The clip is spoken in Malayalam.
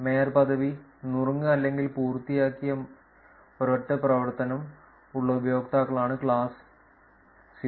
മേയർ പദവി നുറുങ്ങ് അല്ലെങ്കിൽ പൂർത്തിയാക്കിയ ഒരൊറ്റ പ്രവർത്തനം ഉള്ള ഉപയോക്താക്കളാണ് ക്ലാസ് 0